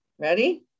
ready